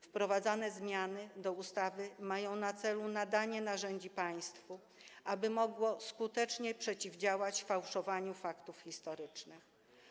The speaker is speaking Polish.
Wprowadzane zmiany do ustawy mają na celu danie narzędzi państwu, aby mogło skutecznie przeciwdziałać fałszowaniu faktów historycznych.